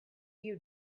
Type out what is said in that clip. you